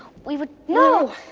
we were. no,